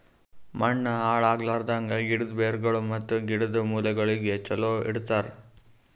ಮಣ್ಣ ಹಾಳ್ ಆಗ್ಲಾರ್ದಂಗ್, ಗಿಡದ್ ಬೇರಗೊಳ್ ಮತ್ತ ಗಿಡದ್ ಮೂಲೆಗೊಳಿಗ್ ಚಲೋ ಇಡತರ್